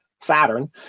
Saturn